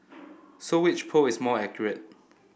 so which poll is more accurate